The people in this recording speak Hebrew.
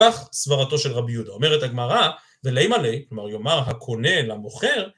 כך סברתו של רבי יהודה אומרת הגמרא ולימא ליה, כלומר יאמר הקונה למוכר